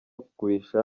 kugurisha